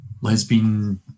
lesbian